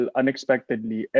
unexpectedly